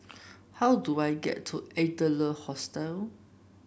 how do I get to Adler Hostel